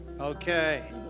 Okay